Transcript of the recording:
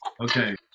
Okay